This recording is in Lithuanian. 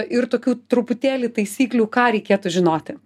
ir tokių truputėlį taisyklių ką reikėtų žinoti